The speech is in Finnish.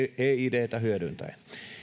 e idtä hyödyntäen